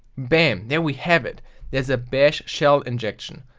bam! there we have it. there is a bash shell injection.